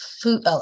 food